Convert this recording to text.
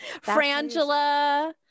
Frangela